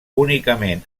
únicament